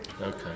Okay